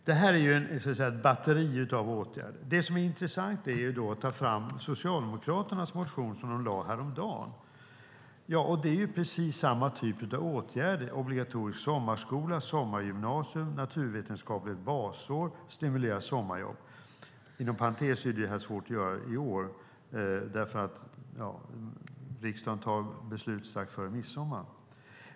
Det här är ett batteri av åtgärder. Det som då är intressant är att ta fram Socialdemokraternas motion som de väckte häromdagen. Det är precis samma typ av åtgärder. Det är obligatorisk sommarskola, sommargymnasium och naturvetenskapligt basår. Och det handlar om att stimulera sommarjobb. Inom parentes kan jag säga att det här är svårt att göra i år, för riksdagen tar beslut strax före midsommar.